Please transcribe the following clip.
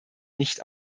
nicht